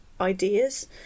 ideas